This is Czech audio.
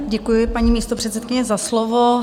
Děkuji, paní místopředsedkyně, za slovo.